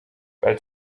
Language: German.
bald